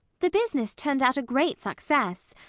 the business turned out a great success.